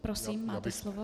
Prosím, máte slovo.